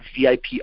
VIP